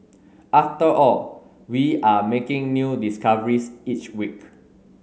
after all we are making new discoveries each week